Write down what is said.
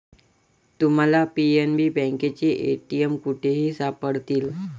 तुम्हाला पी.एन.बी बँकेचे ए.टी.एम कुठेही सापडतील